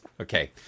Okay